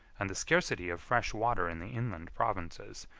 and the scarcity of fresh water in the inland provinces,